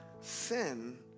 sin